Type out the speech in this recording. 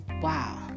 Wow